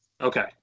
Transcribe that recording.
Okay